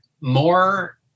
more